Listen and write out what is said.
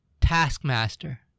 taskmaster